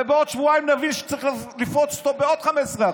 ובעוד שבועיים נבין שצריך לפרוץ אותו בעוד 15%,